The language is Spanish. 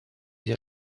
del